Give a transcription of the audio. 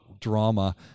drama